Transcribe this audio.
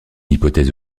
hypothèse